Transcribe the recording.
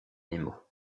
nemo